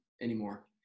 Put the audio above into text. anymore